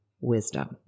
wisdom